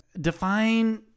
define